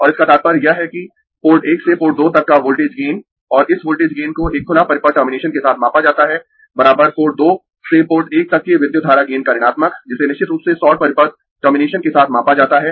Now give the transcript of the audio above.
और इसका तात्पर्य यह है कि पोर्ट एक से पोर्ट दो तक का वोल्टेज गेन और इस वोल्टेज गेन को एक खुला परिपथ टर्मिनेशन के साथ मापा जाता है पोर्ट दो से पोर्ट एक तक के विद्युत धारा गेन का ऋणात्मक जिसे निश्चित रूप से शॉर्ट परिपथ टर्मिनेशन के साथ मापा जाता है